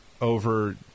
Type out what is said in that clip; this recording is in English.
over